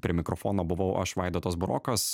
prie mikrofono buvau aš vaidotas burokas